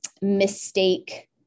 mistake